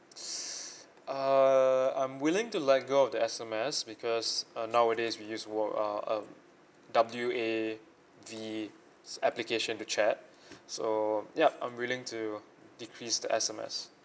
uh I'm willing to let go of the S_M_S because uh nowadays we use wha~ uh uh W A V application to chat so yup I'm willing to decrease the S_M_S